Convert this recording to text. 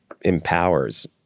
empowers